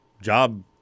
job